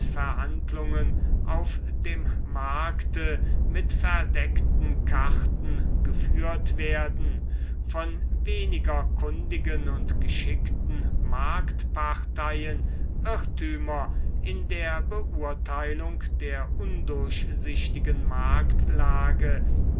preisverhandlungen auf dem markte mit verdeckten karten geführt werden von weniger kundigen und geschickten marktparteien irrtümer in der beurteilung der undurchsichtigen marktlage